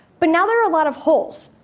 but now there are a lot of holes.